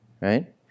right